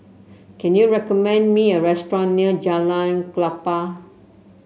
can you recommend me a restaurant near Jalan Klapa